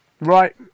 Right